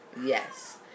Yes